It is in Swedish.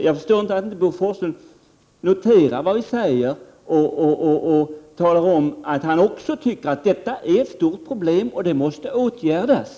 Jag förstår inte att Bo Forslund inte noterar vad vi säger och talar om att också han tycker att detta är ett stort problem och att det måste åtgärdas.